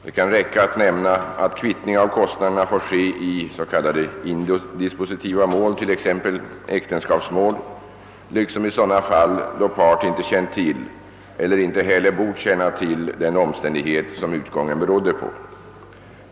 Det kan räcka att nämna att kvittning av kostnaderna får ske i indispositiva mål, t.ex. äktenskapsmål, liksom i sådana fall då part inte känt till och inte heller bort känna till den omständighet som utgången berodde på.